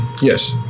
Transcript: Yes